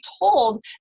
told